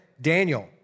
Daniel